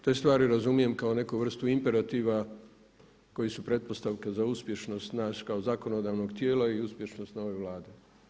Te stvari razumijem kao neku vrstu imperativa koji su pretpostavka za uspješnost nas kao zakonodavnog tijela i uspješnost nove Vlade.